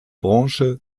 branche